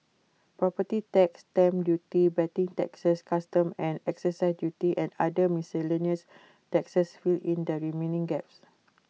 property tax stamp duty betting taxes customs and excise duties and other miscellaneous taxes fill in the remaining gaps